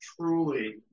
truly